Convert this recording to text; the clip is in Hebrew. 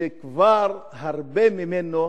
שכבר הרבה ממנו,